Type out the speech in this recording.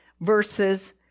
versus